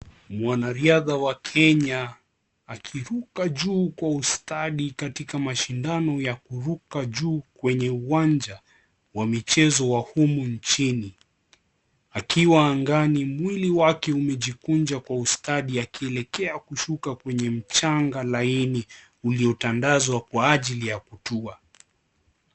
Mwanariadha wa Kenya akiruka juu kwa ustadi katika mashindano ya kuruka juu kwenye uwanja wa michezo wa humu nchini akiwa angani mwili wake umejikunja kwa ustadi akielekea kushuka kwenye mchanga llaini uliotandazwa kwa ajili ya kutua.